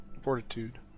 Fortitude